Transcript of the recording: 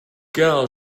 gal